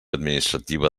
administrativa